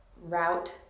route